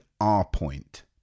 R-Point